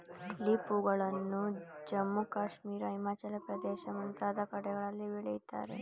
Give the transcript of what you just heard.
tulip ಹೂಗಳನ್ನು ಜಮ್ಮು ಕಾಶ್ಮೀರ, ಹಿಮಾಚಲ ಪ್ರದೇಶ ಮುಂತಾದ ಕಡೆಗಳಲ್ಲಿ ಬೆಳಿತಾರೆ